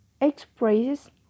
expresses